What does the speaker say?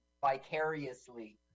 vicariously